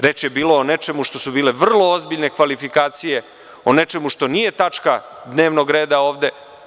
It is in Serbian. Reč je bilo o nečemu što su bile vrlo ozbiljne kvalifikacije, o nečemu što nije tačka dnevnog reda ovde.